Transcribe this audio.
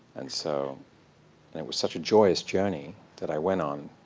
and so and it was such a joyous journey that i went on.